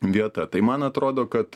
vieta tai man atrodo kad